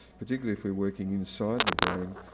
particularly if we're working inside the brain,